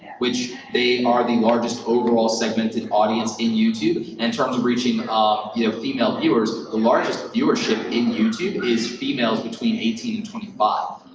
which they are the largest overall segmented audience in youtube. in terms of reaching but ah you know female viewers, the largest viewership in youtube is females between eighteen and twenty five.